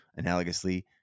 analogously